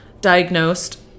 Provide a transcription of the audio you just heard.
diagnosed